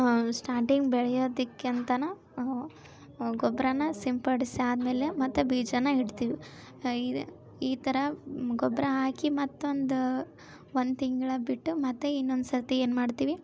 starting ಬೆಳೆಯೋದಕ್ಕೆ ಅಂತಾನೂ ಗೊಬ್ಬರಾನ ಸಿಂಪಡಿಸಿ ಆದಮೇಲೆ ಮತ್ತು ಬೀಜಾನ ಇಡ್ತೀವಿ ಇದೇ ಈ ಥರ ಗೊಬ್ಬರ ಹಾಕಿ ಮತ್ತೊಂದು ಒಂದು ತಿಂಗಳು ಬಿಟ್ಟು ಮತ್ತು ಇನ್ನೊಂದುಸರ್ತಿ ಏನು ಮಾಡ್ತೀವಿ